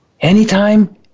Anytime